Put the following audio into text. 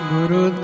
Guru